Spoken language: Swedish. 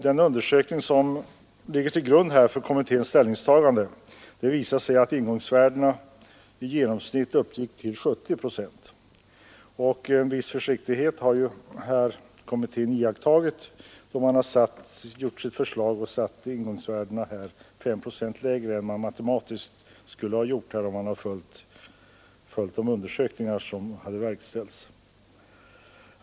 Den undersökning som låg till grund för kommitténs ställningstagande visade att ingångsvärdena i genomsnitt uppgick till 70 procent. Kommittén iakttog ju en viss försiktighet, då den i sitt förslag satte ingångsvärdena 5 procent lägre än den matematiskt skulle ha gjort, om den hade följt de undersökningar som verkställts.